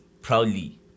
proudly